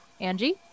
Angie